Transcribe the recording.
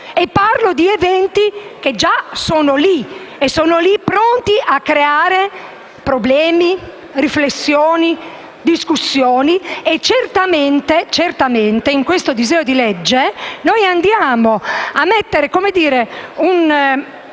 parlo di eventi che già esistono e sono pronti a creare problemi, riflessioni e discussioni. Certamente, in questo disegno di legge noi andiamo a mettere un